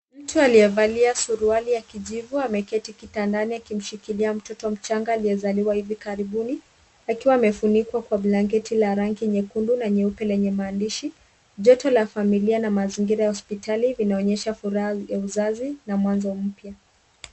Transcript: Mtu aliyevalia suruali ya kijivu ameketi kitandani akimshikilia mtoto mchanga aliyezaliwa hivi karibuni akiwa amefunikwa kwa blanketi la rangi nyekundu na nyeupe lenye maandishi. Joto la familia na mazingira ya hospitali linaonyesha furaha ya uzazi na mwanzo mpya.